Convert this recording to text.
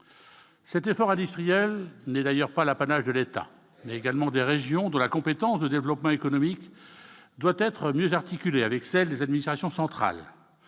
cet effort industriel n'est d'ailleurs pas l'apanage de l'État, mais également des régions de la compétence de développement économique doit être mieux articuler avec celles des administrations centrales,